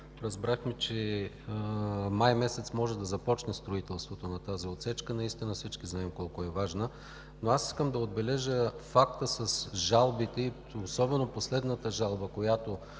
разбрахме, че месец май може да започне строителството на тази отсечка. Наистина, всички знаем колко е важна. Но аз искам да отбележа факта с жалбите – особено последната жалба, за която